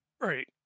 Right